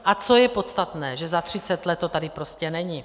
A co je podstatné, že za 30 let to tady prostě není.